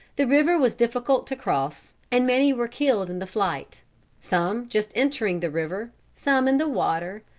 the river was difficult to cross, and many were killed in the flight some just entering the river, some in the water,